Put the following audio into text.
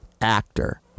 actor